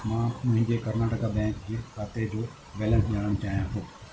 मां मुंहिंजे कर्नाटका बैंक खाते जो बैलेंस ॼाणणु चाहियां थो